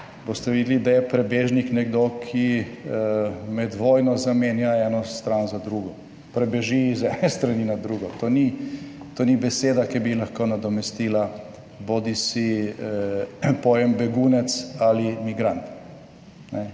boste videli, da je prebežnik nekdo, ki med vojno zamenja eno stran za drugo, prebeži iz ene strani na drugo. To ni to, ni beseda, ki bi lahko nadomestila bodisi pojem begunec ali migrant.